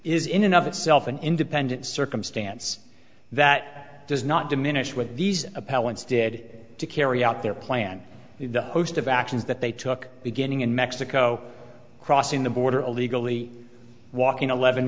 is in and of itself an independent circumstance that does not diminish with these appellants did to carry out their plan is the host of actions that they took beginning in mexico crossing the border illegally walking eleven